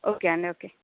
okay అండి okay